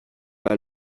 pas